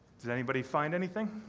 did anybody find anything?